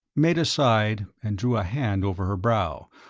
meta sighed and drew a hand over her brow,